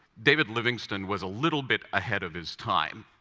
david livingstone was a little bit ahead of his time,